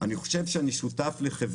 אני אומר שאני חושב שאני שותף לחברה